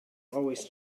always